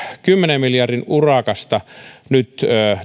kymmenen miljardin urakasta nyt